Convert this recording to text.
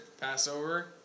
Passover